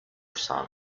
son